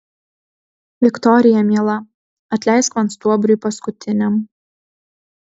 viktorija miela atleisk man stuobriui paskutiniam